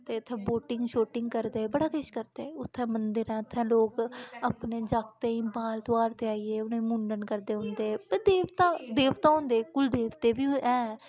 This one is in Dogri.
ते उत्थें बोटिंग शोटिंग करदे बड़ा किश करदे उत्थै मंदर ऐ उत्थे लोक अपने जागतें दे बाल तुआरदे आइयै उ'नें मुन्नन करदे उंदे ब देवता देवता होंदे कुल देवते बी ऐ